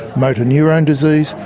motor neurone disease,